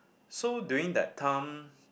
so during that time